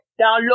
download